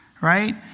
right